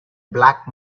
black